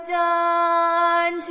done